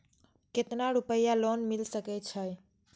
केतना रूपया लोन मिल सके छै?